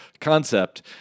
concept